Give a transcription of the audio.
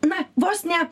na vos ne